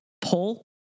pull